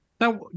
now